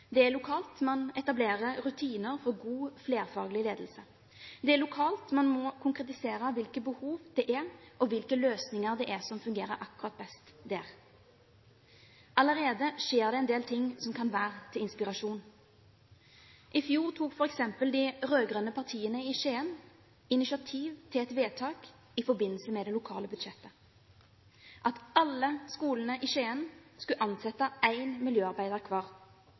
man etablerer rutiner for god flerfaglig ledelse. Det er lokalt man må konkretisere hvilke behov det er, og hvilke løsninger det er som fungerer akkurat best der. Allerede skjer det en del ting som kan være til inspirasjon. I fjor tok f.eks. de rød-grønne partiene i Skien initiativ til et vedtak i forbindelse med det lokale budsjettet – at alle skolene i Skien skulle ansette én miljøarbeider hver.